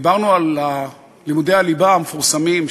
דיברנו על לימודי הליבה המפורסמים,